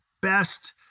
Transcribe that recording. best